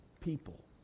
people